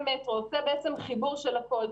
עושה חיבור של הכול.